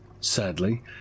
Sadly